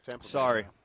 Sorry